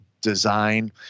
design